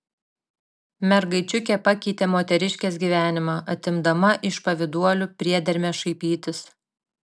mergaičiukė pakeitė moteriškės gyvenimą atimdama iš pavyduolių priedermę šaipytis